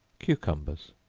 cucumbers.